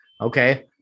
Okay